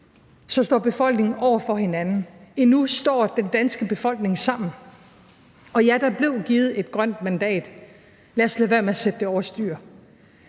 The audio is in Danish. står befolkningen pludselig over for hinanden. Endnu står den danske befolkning sammen. Og ja, der blev givet et grønt mandat. Lad os lade være med at sætte det over styr.